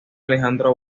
alejandro